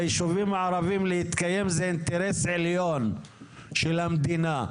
ליישובים הערבים להתקיים זה אינטרס עליון של המדינה,